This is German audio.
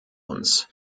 uns